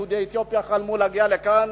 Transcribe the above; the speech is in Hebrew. יהודי אתיופיה חלמו להגיע לכאן.